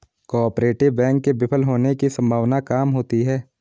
cooperative bank के विफल होने की सम्भावना काम होती है